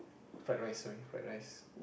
fried rice sorry fried rice